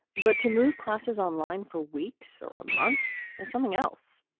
but to move classes online for weeks or a month is something else.